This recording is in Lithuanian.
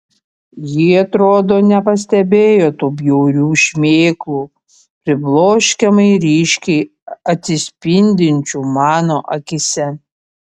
ji atrodo nepastebėjo tų bjaurių šmėklų pribloškiamai ryškiai atsispindinčių mano akyse